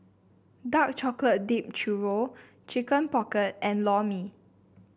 Dark Chocolate Dipped Churro Chicken Pocket and Lor Mee